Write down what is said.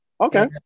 Okay